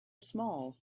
small